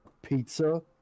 pizza